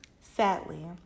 Sadly